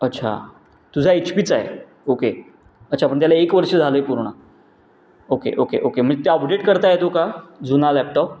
अच्छा तुझा एच पीचा आहे ओके अच्छा पण त्याला एक वर्ष झालं आहे पूर्ण ओके ओके ओके म्हणजे तो अपडेट करता येतो का जुना लॅपटॉप